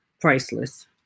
priceless